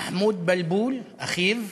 מחמוד אלבלבול, אחיו,